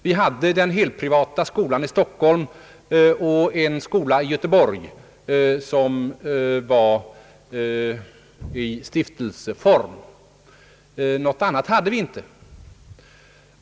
Vi hade den helprivata handelshögskolan i Stockholm och en handelshögskola i Göteborg inrättad i stiftelseform. Några andra skolor hade vi inte.